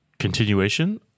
continuation